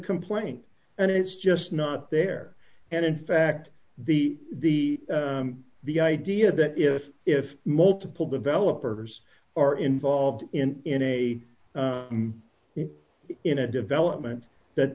complaint and it's just not there and in fact the the the idea that is if multiple developers are involved in a heap in a development that